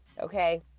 okay